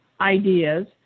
ideas